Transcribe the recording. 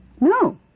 No